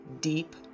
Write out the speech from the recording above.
deep